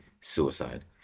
suicide